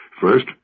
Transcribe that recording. First